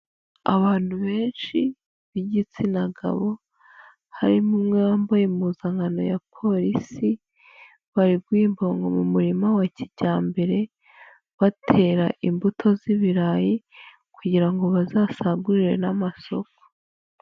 Abantu benshi b'igitsina gabo harimo umwe wambaye impuzankano ya Polisi, bari guhinga mu murima wa kijyambere batera imbuto z'ibirayi kugira ngo bazasagurire n'amasoko.